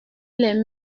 les